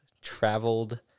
traveled